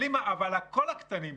אבל כל הקטנים,